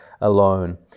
alone